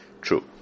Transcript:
true